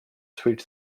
sweet